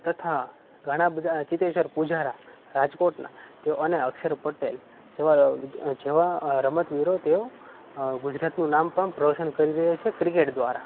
તથા ઘણા બધા ચેતેશ્વર પૂજારા રાજકોટના તેઓ અને અક્ષર પટેલ જેવા રમત વીરો તેઓ ગુજરાતનું નામ પણ રોશન કરી રહ્યા છે ક્રિકેટ દ્વારા